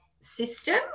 system